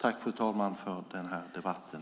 Tack, fru talman, för den här debatten!